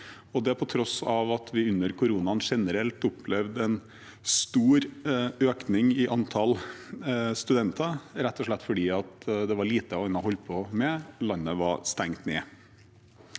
det til tross for at vi under koronaen generelt opplevde en stor økning i antall studenter, rett og slett fordi det var lite annet å holde på med, landet var stengt ned.